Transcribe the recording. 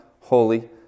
Holy